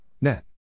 Net